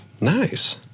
Nice